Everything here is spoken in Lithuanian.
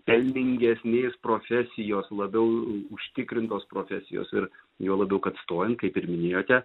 pelningesnės profesijos labiau užtikrintos profesijos ir juo labiau kad stojant kaip ir minėjote